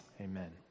Amen